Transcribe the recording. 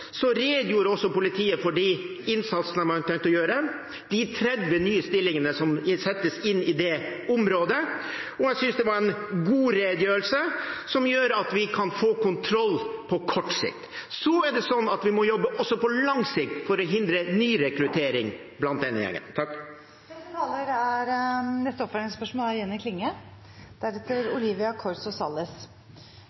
redegjorde politiet for de innsatsene de har tenkt å gjøre, med de 30 nye stillingene som settes inn i det området. Jeg synes det var en god redegjørelse, som gjør at vi kan få kontroll på kort sikt. Så må vi også jobbe på lang sikt for å hindre nyrekruttering til denne gjengen. Jenny Klinge – til oppfølgingsspørsmål.